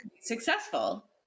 Successful